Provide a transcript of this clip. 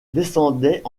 descendaient